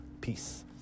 Peace